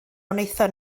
wnaethon